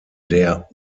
der